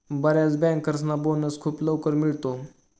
बर्याच बँकर्सना बोनस खूप लवकर मिळतो